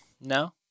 No